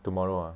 tomorrow ah